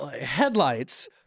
headlights